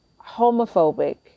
homophobic